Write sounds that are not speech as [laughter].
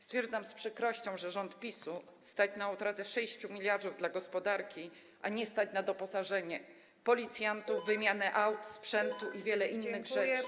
Stwierdzam z przykrością, że rząd PiS-u stać na utratę 6 mld dla gospodarki, a nie stać na doposażenie policjantów, [noise] wymianę aut, sprzętu i na wiele innych rzeczy.